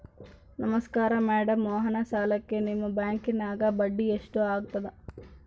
ನಮಸ್ಕಾರ ಮೇಡಂ ವಾಹನ ಸಾಲಕ್ಕೆ ನಿಮ್ಮ ಬ್ಯಾಂಕಿನ್ಯಾಗ ಬಡ್ಡಿ ಎಷ್ಟು ಆಗ್ತದ?